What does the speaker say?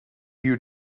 you